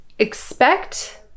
Expect